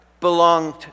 belonged